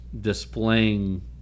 displaying